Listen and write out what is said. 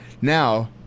Now